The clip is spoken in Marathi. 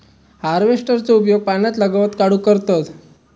हार्वेस्टरचो उपयोग पाण्यातला गवत काढूक करतत